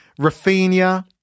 Rafinha